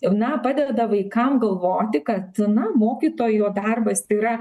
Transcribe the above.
na padeda vaikam galvoti kad na mokytojo darbas yra